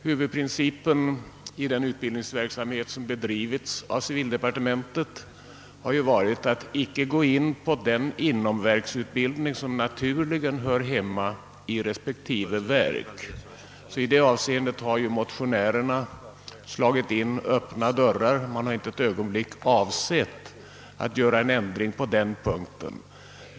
Huvudprincipen i den utbildningsverksamhet som bedrivits av civildepartementet har varit att inte gå in på den inomverksutbildning som naturligen hör hemma i respektive verk, så i det avseendet har motionärerna slagit in öppna dörrar. Avsikten har inte ett ögonblick varit att göra någon ändring på denna punkt.